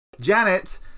Janet